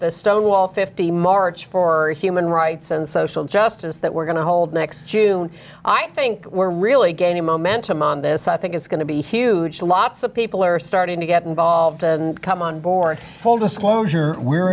the stonewall fifty march for human rights and social justice that we're going to hold next june i think we're really gaining momentum on this i think it's going to be huge lots of people are starting to get involved and come on board full disclosure we're